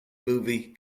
movie